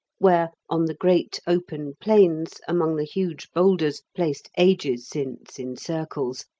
where, on the great open plains, among the huge boulders, placed ages since in circles,